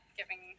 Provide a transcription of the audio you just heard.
giving